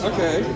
Okay